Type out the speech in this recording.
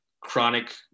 chronic